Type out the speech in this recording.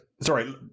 Sorry